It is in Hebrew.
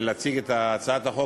להציג את הצעת החוק,